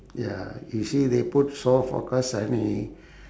ya you see they put shore forecast sunny